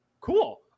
Cool